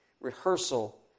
Rehearsal